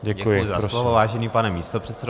Děkuji za slovo, vážený pane místopředsedo.